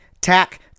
tack